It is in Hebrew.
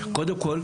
קודם כול.